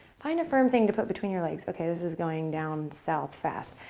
find a firm thing to put between your legs. okay, this is going down south fast.